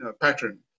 pattern